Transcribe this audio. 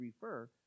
refer